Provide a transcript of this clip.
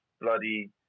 bloody